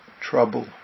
trouble